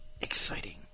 exciting